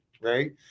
right